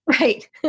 Right